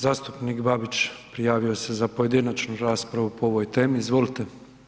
Zastupnik Babić prijavio se za pojedinačnu raspravu po ovoj temi, izvolite.